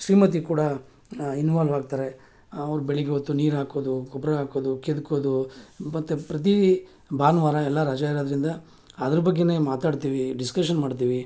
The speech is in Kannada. ಶ್ರೀಮತಿ ಕೂಡ ಇನ್ವಾಲ್ವ್ ಆಗ್ತಾರೆ ಅವ್ರು ಬೆಳಗೆ ಹೊತ್ತು ನೀರು ಹಾಕೋದು ಗೊಬ್ಬರ ಹಾಕೋದು ಕೆದಕೋದು ಮತ್ತು ಪ್ರತಿ ಭಾನುವಾರ ಎಲ್ಲ ರಜಾ ಇರೋದ್ರಿಂದ ಅದ್ರ ಬಗ್ಗೆಯೇ ಮಾತಾಡ್ತೀವಿ ಡಿಸ್ಕಷನ್ ಮಾಡ್ತೀವಿ